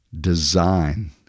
Design